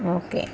okay